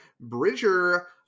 Bridger